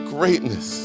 Greatness